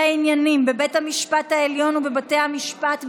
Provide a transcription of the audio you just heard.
העניינים בבית המשפט העליון ובבתי המשפט בכלל.